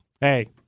hey